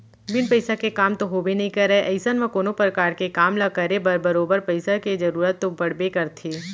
बिन पइसा के काम तो होबे नइ करय अइसन म कोनो परकार के काम ल करे बर बरोबर पइसा के जरुरत तो पड़बे करथे